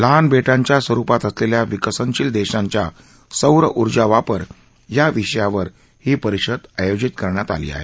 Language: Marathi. लहान बे ांच्या स्वरूपात असलेल्या विकसनशील देशांच्या सौर उर्जा वापर या विषयावर ही परिषद आयोजित करण्यात आली आहे